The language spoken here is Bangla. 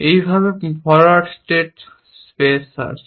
এইভাবে ফরোয়ার্ড স্টেট স্পেস সার্চ